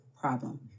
problem